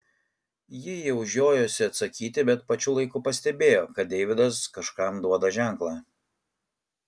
ji jau žiojosi atsakyti bet pačiu laiku pastebėjo kad deividas kažkam duoda ženklą